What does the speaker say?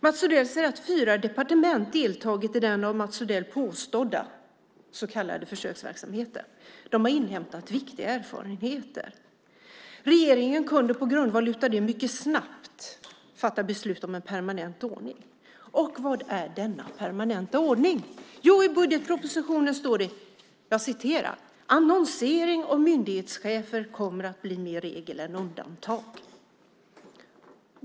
Mats Odell säger att fyra departement har deltagit i den av Mats Odell påstådda försöksverksamheten. De har inhämtat viktiga erfarenheter. Regeringen kunde på grundval av det mycket snabbt fatta beslut om en permanent ordning. Vad är denna permanenta ordning? I budgetpropositionen står det: Annonsering av myndighetschefer kommer att bli mer regel än undantag.